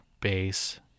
bass